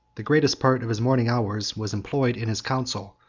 the greatest part of his morning hours was employed in his council,